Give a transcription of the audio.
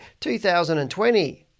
2020